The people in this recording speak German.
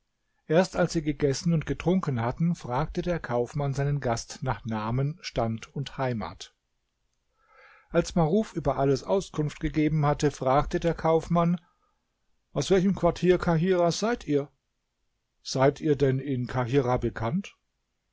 erst als sie gegessen und getrunken hatten fragte der kaufmann seinen gast nach namen stand und heimat als maruf über alles auskunft gegeben hatte fragte der kaufmann aus welchem quartier kahirahs seid ihr seid ihr denn in kahirah bekannt